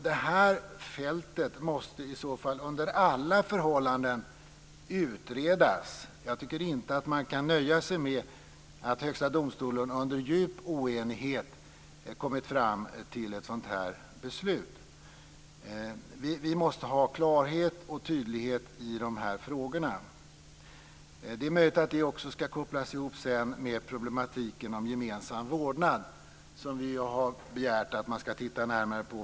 Detta fält måste under alla förhållanden utredas. Jag tycker inte att man kan nöja sig med att Högsta domstolen under djup oenighet har kommit fram till ett sådant här beslut. Vi måste ha klarhet och tydlighet i de här frågorna. Det är möjligt att detta också sedan ska kopplas ihop med problematiken om gemensam vårdnad, som vi har begärt att man ska titta närmare på.